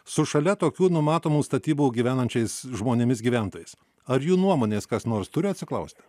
su šalia tokių numatomų statybų gyvenančiais žmonėmis gyventojais ar jų nuomonės kas nors turi atsiklausti